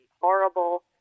horrible